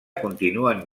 continuen